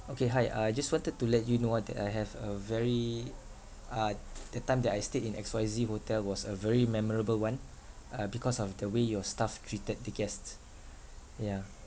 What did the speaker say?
okay hi uh I just wanted to let you know ah that I have a very uh the time that I stayed in X Y Z hotel was a very memorable one uh because of the way your staff treated the guests yeah